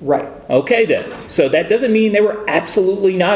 right ok so that doesn't mean they were absolutely not